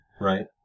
right